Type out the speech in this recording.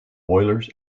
boilers